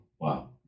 wow